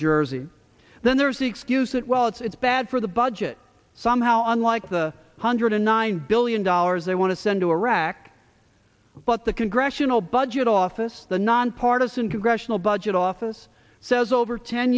jersey then there's the excuse that well it's bad for the budget somehow unlike the hundred and nine billion dollars they want to send to iraq but the congressional budget office the nonpartisan congressional budget office says over ten